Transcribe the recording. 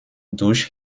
durch